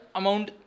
amount